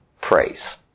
praise